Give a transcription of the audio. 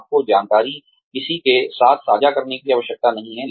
आपको जानकारी किसी के साथ साझा करने की आवश्यकता नहीं है